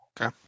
Okay